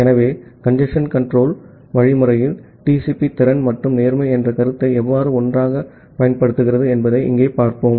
ஆகவே TCP க்கான அடிப்படை கஞ்சேஸ்ன் கன்ட்ரோல் புரோட்டோகால் பார்த்தோம்